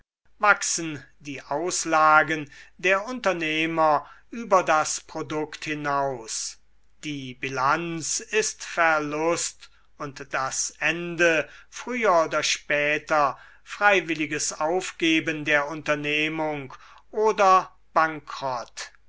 wachsen die auslagen der unternehmer über das produkt hinaus die bilanz ist verlust und das ende früher oder später freiwilliges aufgeben der unternehmung oder bankrott